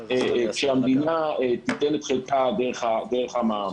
כשהמדינה תיתן את חלקה דרך המע"מ.